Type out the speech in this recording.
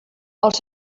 els